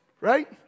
right